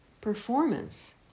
performance